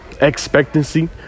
expectancy